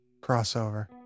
crossover